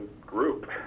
group